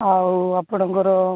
ଆଉ ଆପଣଙ୍କର